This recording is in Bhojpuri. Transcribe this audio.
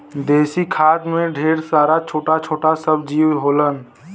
देसी खाद में ढेर सारा छोटा छोटा सब जीव होलन